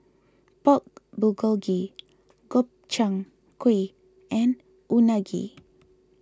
Pork Bulgogi Gobchang Gui and Unagi